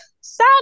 sad